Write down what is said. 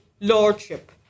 lordship